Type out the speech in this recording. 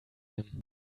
him